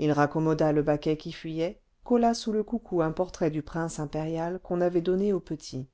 il raccommoda le baquet qui fuyait colla sous le coucou un portrait du prince impérial qu'on avait donné aux petits